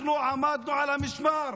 אנחנו עמדנו על המשמר